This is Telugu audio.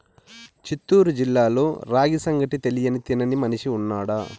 చిత్తూరు జిల్లాలో రాగి సంగటి తెలియని తినని మనిషి ఉన్నాడా